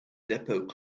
depot